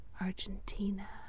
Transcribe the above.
Argentina